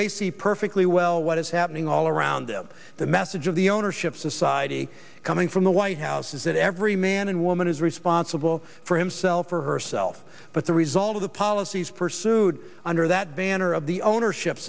they see perfectly well what is happening all around them the message of the ownership society coming from the white house is that every man and woman is responsible for himself or herself but the result of the policies pursued under that banner of the ownership